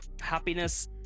happiness